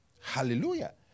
Hallelujah